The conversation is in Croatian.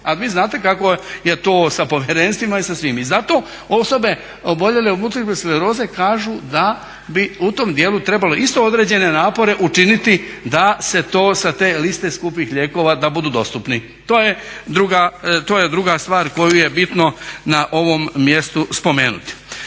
a vi znate kako je to sa povjerenstvima i sa svim. I zato osobe oboljele od multiple skleroze kažu da bi u tom dijelu trebalo isto određene napore učiniti da se to sa liste skupih lijekova da budu dostupni. To je druga stvar koju je bitno na ovom mjestu spomenuti.